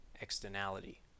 externality